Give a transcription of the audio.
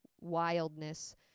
wildness